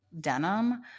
denim